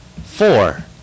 Four